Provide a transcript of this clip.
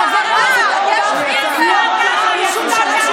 לגבי חבר הכנסת אורבך לא היה שום ספק.